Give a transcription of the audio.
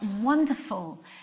wonderful